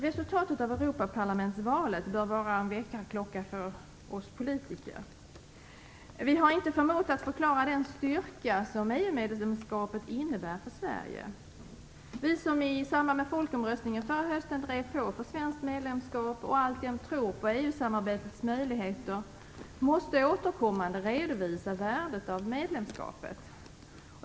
Resultatet av Europaparlamentsvalet bör vara en väckarklocka för oss politiker. Vi har inte förmått att förklara den styrka som EU-medlemskapet innebär för Sverige. Vi som i samband med folkomröstningen förra hösten drev på för svenskt medlemskap och alltjämt tror på EU-samarbetets möjligheter måste återkommande redovisa värdet av medlemskapet.